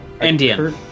Indian